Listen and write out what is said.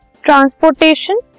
Transportation